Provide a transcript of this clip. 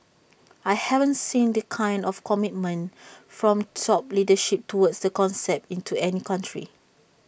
I haven't seen the kind of commitment from top leadership towards the concept into any other country